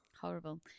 Horrible